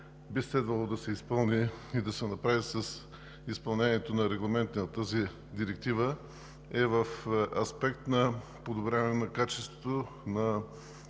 би следвало да се изпълни и да се направи с изпълнението на регламента на тази директива, е в аспект на подобряване качеството на